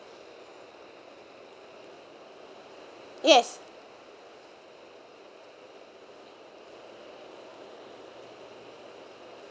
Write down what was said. yes